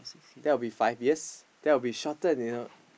that would be five years that would shorten you know